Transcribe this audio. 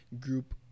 group